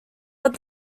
but